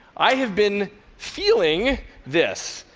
i have been feeling this,